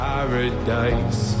Paradise